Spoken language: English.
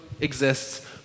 exists